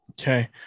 Okay